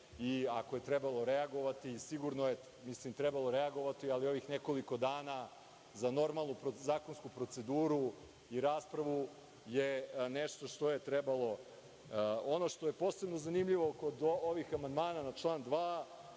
Ako je trebalo reagovati, sigurno je trebalo reagovati, ali u ovih nekoliko dana, za normalnu zakonsku proceduru i raspravu je nešto što je trebalo. Ono što je posebno zanimljivo kod ovih amandmana, na član 2.